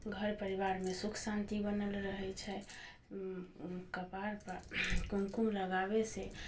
घर परिवारमे सुख शान्ति बनल रहै छै कपारपर कुमकुम लगाबैसँ